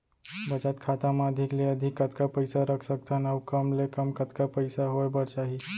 बचत खाता मा अधिक ले अधिक कतका पइसा रख सकथन अऊ कम ले कम कतका पइसा होय बर चाही?